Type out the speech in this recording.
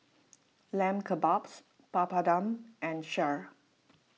Lamb Kebabs Papadum and Kheer